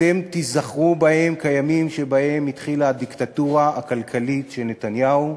אתם תיזכרו בהם כימים שבהם התחילה הדיקטטורה הכלכלית של נתניהו,